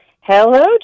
Hello